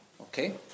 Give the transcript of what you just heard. Okay